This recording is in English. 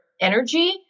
energy